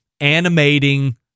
animating